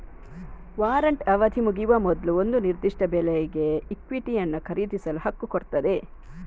warrant ಅವಧಿ ಮುಗಿಯುವ ಮೊದ್ಲು ಒಂದು ನಿರ್ದಿಷ್ಟ ಬೆಲೆಗೆ ಇಕ್ವಿಟಿಯನ್ನ ಖರೀದಿಸಲು ಹಕ್ಕು ಕೊಡ್ತದೆ